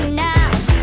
now